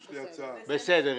בסדר.